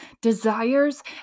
desires